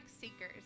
seekers